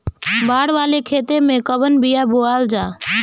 बाड़ वाले खेते मे कवन बिया बोआल जा?